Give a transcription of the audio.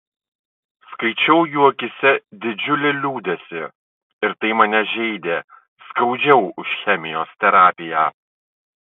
skaičiau jų akyse didžiulį liūdesį ir tai mane žeidė skaudžiau už chemijos terapiją